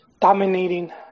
dominating